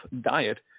diet